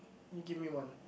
me give me one